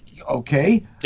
Okay